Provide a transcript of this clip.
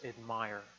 admire